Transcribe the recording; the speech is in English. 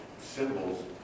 symbols